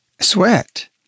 sweat